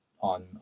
on